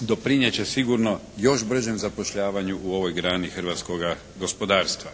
doprinijet će sigurno još bržem zapošljavanju u ovoj grani hrvatskoga gospodarstva.